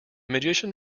magician